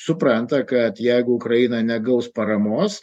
supranta kad jeigu ukraina negaus paramos